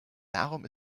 darum